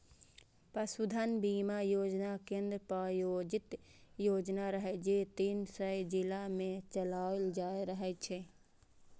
पशुधन बीमा योजना केंद्र प्रायोजित योजना रहै, जे तीन सय जिला मे चलाओल जा रहल छै